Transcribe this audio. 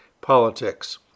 politics